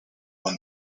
one